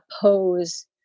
pose